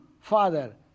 father